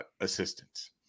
assistance